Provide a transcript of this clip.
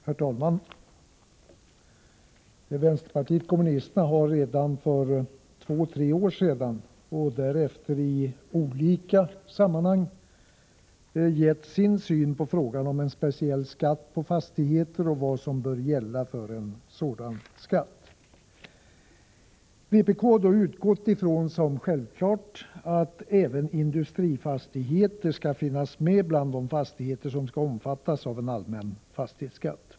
Herr talman! Vänsterpartiet kommunisterna har redan för två tre år sedan, och därefter i olika sammanhang, gett sin syn på frågan om en speciell skatt på fastigheter och vad som bör gälla för en sådan skatt. Vpk har då utgått från att det är självklart att även industrifastigheter skall finnas med bland de fastigheter som skall omfattas av en allmän fastighetsskatt.